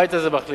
הבית הזה מחליט.